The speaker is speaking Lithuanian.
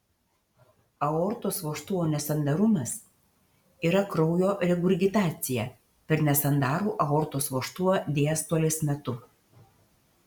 aortos vožtuvo nesandarumas yra kraujo regurgitacija per nesandarų aortos vožtuvą diastolės metu